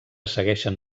segueixen